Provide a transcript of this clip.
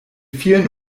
vielen